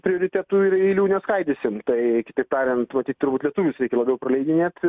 prioritetų ir eilių neskaidysim tai kitaip tariant tai turbūt lietuvius reikia labiau paleidinėt